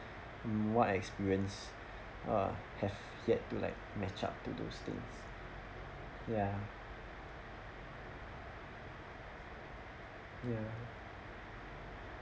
mm what experience I have yet to like match up to those things ya ya